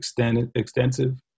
extensive